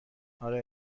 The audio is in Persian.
آره